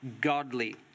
godly